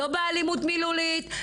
לא באלימות מילולית,